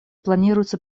планируется